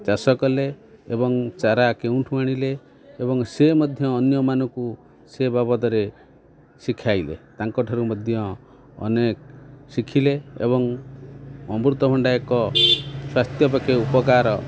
ଚାଷ କଲେ ଏବଂ ଚାରା କେଉଁଠୁ ଆଣିଲେ ଏବଂ ସେ ମଧ୍ୟ ଅନ୍ୟମାନଙ୍କୁ ସେ ବାବଦରେ ଶିଖାଇଲେ ତାଙ୍କଠାରୁ ମଧ୍ୟ ଅନେକ ଶିଖିଲେ ଏବଂ ଅମୃତଭଣ୍ଡା ଏକ ସ୍ୱାସ୍ଥ୍ୟ ପକ୍ଷେ ଉପକାର